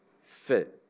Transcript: fit